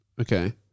okay